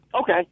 Okay